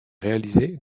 réaliser